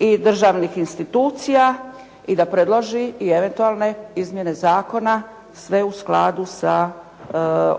i državnih institucija i da predloži i eventualne izmjene zakona, sve u skladu sa